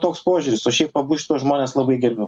toks požiūris o šiaip abu šituos žmones labai gerbiu